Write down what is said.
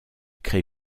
crée